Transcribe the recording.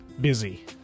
busy